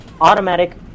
automatic